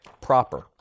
proper